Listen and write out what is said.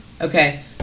Okay